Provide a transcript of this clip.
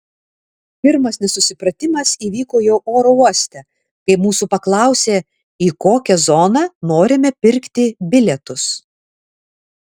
pirmas nesusipratimas įvyko jau oro uoste kai mūsų paklausė į kokią zoną norime pirkti bilietus